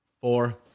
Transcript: Four